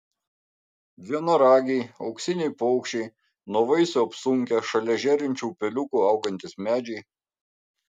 vienaragiai auksiniai paukščiai nuo vaisių apsunkę šalia žėrinčių upeliukų augantys medžiai